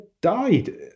died